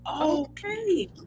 okay